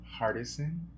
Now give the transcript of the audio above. Hardison